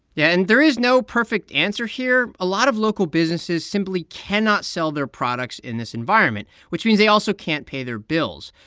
yeah, and there is no perfect answer here. a lot of local businesses simply cannot sell their products in this environment, which means they also can't pay their bills.